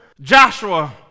Joshua